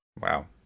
Wow